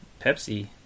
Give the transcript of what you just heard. Pepsi